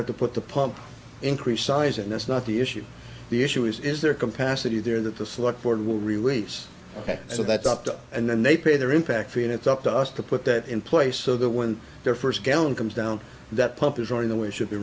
have to put the pump increased size and that's not the issue the issue is is there compasses you there that the select board will release ok so that's up to and then they pay their impact fee and it's up to us to put that in place so that when their first gallon comes down that pump is running the way it should be